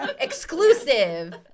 Exclusive